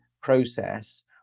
process